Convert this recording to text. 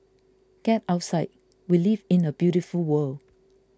get outside we live in a beautiful world